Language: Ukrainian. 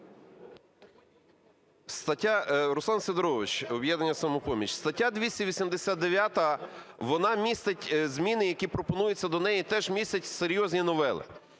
Руслан Сидорович, "Об'єднання "Самопоміч". Стаття 289 вона містить зміни, які пропонуються до неї, теж містять серйозні новели.